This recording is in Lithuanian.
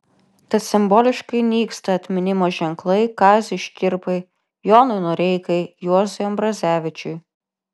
tad simboliškai nyksta atminimo ženklai kaziui škirpai jonui noreikai juozui ambrazevičiui